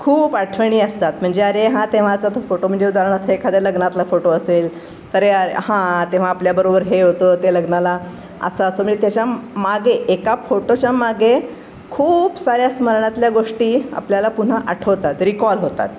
खूप आठवणी असतात म्हणजे अरे हा तेव्हाचा तो फोटो म्हणजे उदाहरणार्थ एखाद्या लग्नातला फोटो असेल तरे हां तेव्हा आपल्याबरोबर हे होतो ते लग्नाला असं असं म्हणजे त्याच्या मागे एका फोटोच्या मागे खूप साऱ्या स्मरणातल्या गोष्टी आपल्याला पुन्हा आठवतात रिकॉल होतात